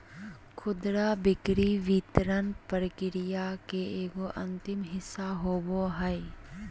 खुदरा बिक्री वितरण प्रक्रिया के एगो अंतिम हिस्सा होबो हइ